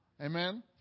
amen